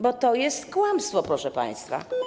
Bo to jest kłamstwo, proszę państwa.